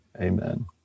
Amen